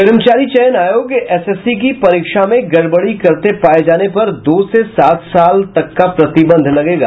कर्मचारी चयन आयोग एसएससी की परीक्षा में गड़बड़ी करते पाये जाने पर दो से सात साल तक का प्रतिबंध लगेगा